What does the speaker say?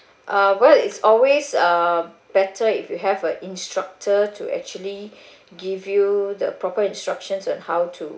uh well it's always uh better if you have a instructor to actually give you the proper instructions on how to